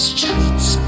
Streets